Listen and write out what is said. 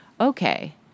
Okay